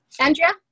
Andrea